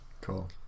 cool